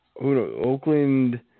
Oakland